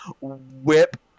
whip